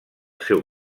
seu